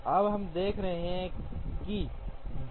अब हम देख रहे हैं कि जे